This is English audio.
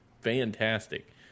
fantastic